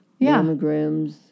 mammograms